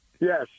yes